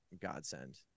godsend